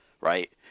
right